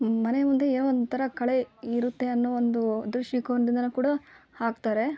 ಮನೆ ಮುಂದೆ ಏನೋ ಒಂಥರ ಕಳೆ ಇರತ್ತೆ ಅನ್ನೋ ಒಂದು ದೃಷ್ಟಿಕೋನದಿಂದನು ಕೂಡ ಹಾಕ್ತಾರೆ